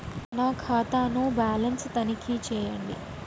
నా ఖాతా ను బ్యాలన్స్ తనిఖీ చేయండి?